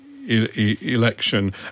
election